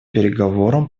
переговорам